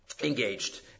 engaged